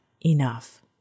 enough